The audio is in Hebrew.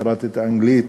קראתי את האנגלית,